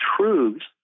truths